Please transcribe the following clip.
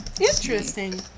interesting